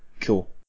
Cool